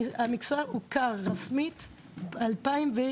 המקצוע הוכר באופן רשמי ב-2016,